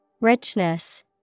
Richness